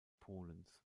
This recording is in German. polens